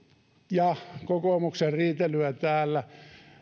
ja kokoomuksen riitelyä täällä